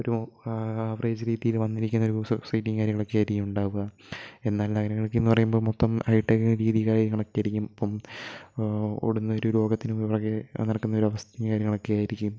ഒരു ഫ്രയിസിലിറ്റിയില് വന്നിരിക്കുന്ന ഒരു സബ്സിഡിയും കാര്യങ്ങളൊക്കെ ആയിരിക്കും ഉണ്ടാവുക എന്നാൽ നഗരങ്ങൾക്ക് എന്ന് പറയുമ്പോൾ മൊത്തം ഹൈടെക് രീതി കാര്യങ്ങളൊക്കെ ആയിരിക്കും ഇപ്പം ഓടുന്ന ഒരു ലോകത്തിന് പിറകെ നടക്കുന്ന ഒരു അവസ്ഥയും കാര്യങ്ങളൊക്കെ ആയിരിക്കും